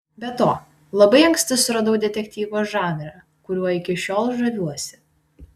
be to labai anksti suradau detektyvo žanrą kuriuo iki šiol žaviuosi